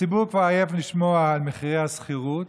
הציבור כבר עייף לשמוע על מחירי השכירות,